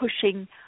pushing